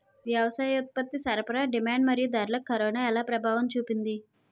వ్యవసాయ ఉత్పత్తి సరఫరా డిమాండ్ మరియు ధరలకు కరోనా ఎలా ప్రభావం చూపింది